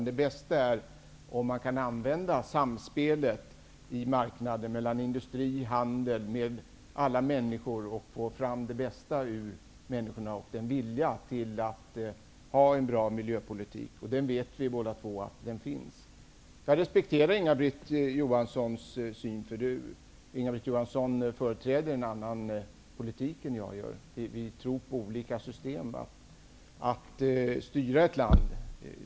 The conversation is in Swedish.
Det bästa är om man kan använda samspelet i marknaden mellan industri, handel och människor så att man får fram det bästa ur människorna och en vilja till en bra miljöpolitik. Vi vet båda att den viljan finns. Jag respekterar Inga-Britt Johanssons åsikt. Hon företräder ju en annan politik än vad jag gör. Vi tror på olika system att styra ett land.